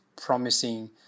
promising